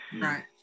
Right